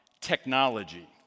technology